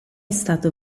stato